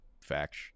Facts